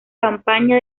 campaña